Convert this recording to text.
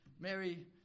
Mary